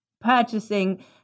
purchasing